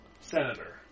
senator